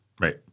Right